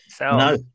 No